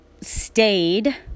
stayed